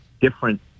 different